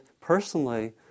personally